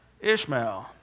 Ishmael